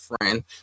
friend